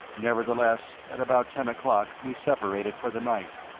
nevertheless, at about ten o'clock we separated for the night,